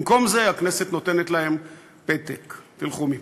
במקום זה הכנסת נותנת להם פתק "תלכו מפה".